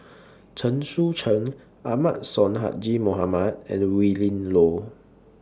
Chen Sucheng Ahmad Sonhadji Mohamad and Willin Low